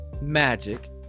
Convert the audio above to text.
magic